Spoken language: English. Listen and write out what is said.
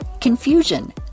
confusion